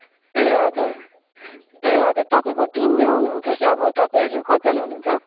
ए हजुर ए हजुर तपाईँको टिम नै आउनुहुन्छ कि अब तपाईँहरू कतिजना हुनुहुन्छ